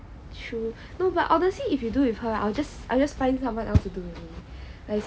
true no but honestly if you do with her I'll just I'll just find someone else to do also